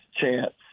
chance